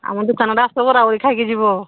ଆମ ଦୋକାନ ଆଡ଼େ ଆସ ବରା ବୁରି ଖାଇକି ଯିବ